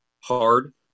hard